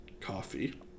coffee